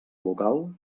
local